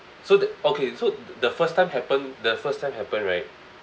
so the okay so the first time happen the first time happen right